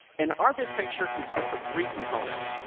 and our big picture consists of three components.